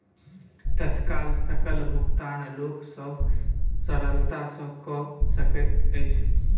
तत्काल सकल भुगतान लोक सभ सरलता सॅ कअ सकैत अछि